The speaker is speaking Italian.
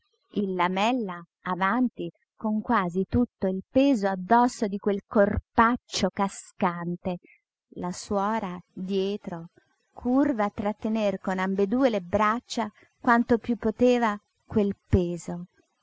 il lamella avanti con quasi tutto il peso addosso di quel corpaccio cascante la suora dietro curva a trattener con ambedue le braccia quanto piú poteva quel peso